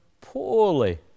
poorly